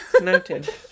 Noted